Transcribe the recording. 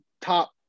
top